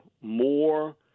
more